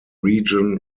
region